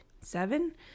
seven